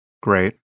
great